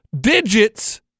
digits